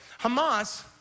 Hamas